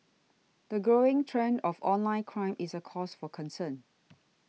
the growing trend of online crime is a cause for concern